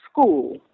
school